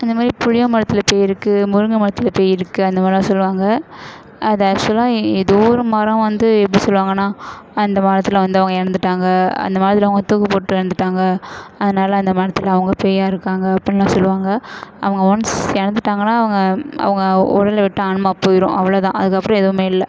அந்த மாதிரி புளிய மரத்தில் பேய் இருக்குது முருங்கை மரத்தில் பேய் இருக்குது அந்தித மாரிலாம் சொல்லுவாங்க அது ஆக்ஸுவலாக ஏதோ ஒரு மரம் வந்து எப்படி சொல்லுவாங்கனால் அந்த மரத்தில் வந்து அவங்க இறந்துட்டாங்க அந்த மாதிரி அவங்க தூக்கு போட்டு இறந்துட்டாங்க அதனால அந்த மரத்தில் அவங்க பேயாக இருக்காங்க அப்புடின்லாம் சொல்லுவாங்க அவங்க ஒன்ஸ் இறந்துட்டாங்கனா அவங்க அவங்க உடலை விட்டு ஆன்மா போயிடும் அவ்வளோதான் அதுக்கப்புறம் எதுவுமே இல்லை